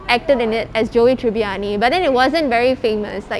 acted in it as joey tribbiani but then it wasn't very famous like